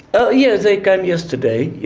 oh yes, they come yesterday. yeah.